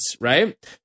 right